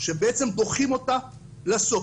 שבעצם דוחים אותה לסוף,